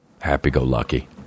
happy-go-lucky